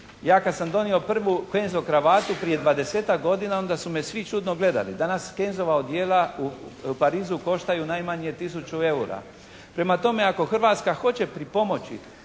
Ja kad sam donio prvu «Kenzo» kravatu prije 20-tak godina onda su me svi čudno gledali. Danas «Kezno-va» odijela u Parizu koštaju najmanje 1000 EUR-a. Prema tome ako Hrvatska hoće pripomoći